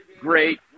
great